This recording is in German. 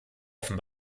offen